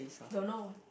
don't know